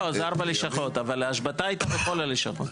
לא זה ארבע לשכות, אבל ההשבתה הייתה בכל הלשכות.